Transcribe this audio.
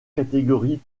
catégorie